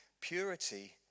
Purity